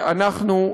שאנחנו,